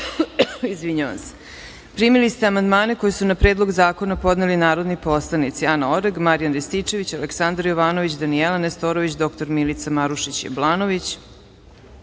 bezbednosti. Primili ste amandmane koje su na Predlog zakona podneli narodni poslanici: Anna Oreg, Marijan Rističević, Aleksandar Jovanović, Danijela Nestorović, dr Milica Marušić Jablanović,